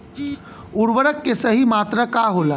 उर्वरक के सही मात्रा का होला?